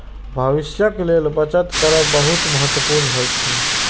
भविष्यक लेल बचत करब बहुत महत्वपूर्ण होइ छै